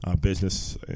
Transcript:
business